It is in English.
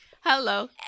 Hello